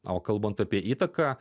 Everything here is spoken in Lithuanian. o kalbant apie įtaką